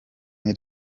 ine